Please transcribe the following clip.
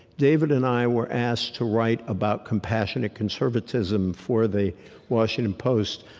david and i were asked to write about compassionate conservatism for the washington post.